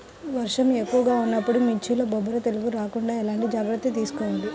వర్షం ఎక్కువగా ఉన్నప్పుడు మిర్చిలో బొబ్బర తెగులు రాకుండా ఎలాంటి జాగ్రత్తలు తీసుకోవాలి?